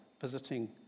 visiting